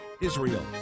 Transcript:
israel